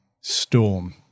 storm